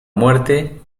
muerte